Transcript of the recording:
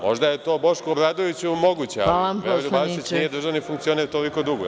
Možda je to Bošku Obradoviću moguće, ali Veroljub Arsić nije državni funkcioner toliko dugo.